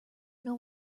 know